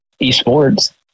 esports